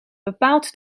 bepaalt